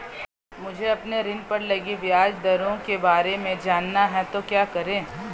मुझे अपने ऋण पर लगी ब्याज दरों के बारे में जानना है तो क्या करें?